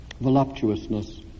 voluptuousness